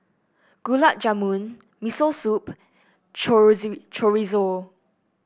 Gulab Jamun Miso Soup Chorizo